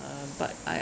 uh but I